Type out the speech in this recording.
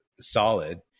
solid